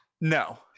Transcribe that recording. no